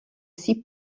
six